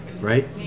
right